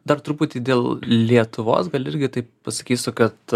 dar truputį dėl lietuvos gal irgi taip pasakysiu kad